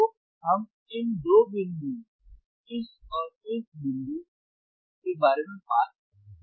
तो हम इन 2 बिंदुओं इस और इस बिंदु के बारे में बात कर रहे हैं